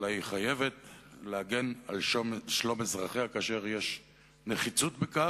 אלא היא חייבת להגן על שלום אזרחיה כאשר יש נחיצות בכך.